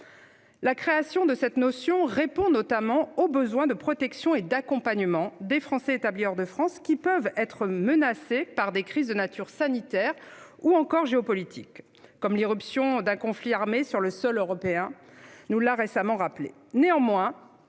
La création de cette notion répond notamment au besoin de protection et d'accompagnement des Français établis hors de France, qui peuvent être menacés par des crises de nature sanitaire ou encore géopolitique, comme l'irruption d'un conflit armé sur le sol européen nous l'a récemment rappelé.